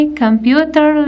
computer